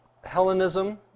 Hellenism